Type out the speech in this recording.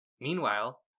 Meanwhile